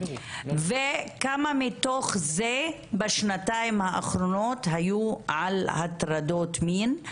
וכמה מתוך זה בשנתיים האחרונות היו על הטרדות מין?